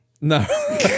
No